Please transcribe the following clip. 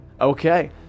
Okay